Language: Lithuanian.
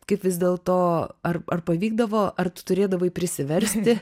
kaip vis dėlto ar ar pavykdavo ar tu turėdavai prisiversti